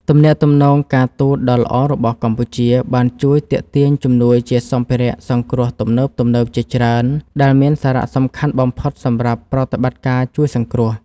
ទំនាក់ទំនងការទូតដ៏ល្អរបស់កម្ពុជា បានជួយទាក់ទាញជំនួយជាសម្ភារៈសង្គ្រោះទំនើបៗជាច្រើន ដែលមានសារៈសំខាន់បំផុតសម្រាប់ប្រតិបត្តិការជួយសង្គ្រោះ។